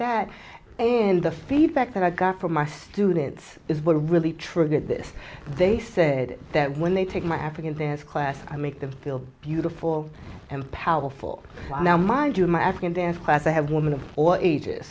that and the feedback that i got from my students is what really triggered this they said that when they take my african dance class i make them feel beautiful and powerful now mind you my african dance class i have women of a